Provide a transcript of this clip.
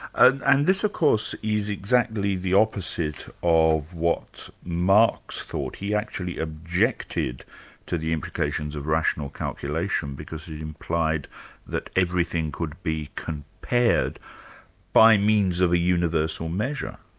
ah and this of course is exactly the opposite of what marx thought. he actually objected to the implications of rational calculation because he implied that everything could be compared by means of a universal measure.